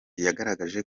yagaragaje